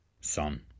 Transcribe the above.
Son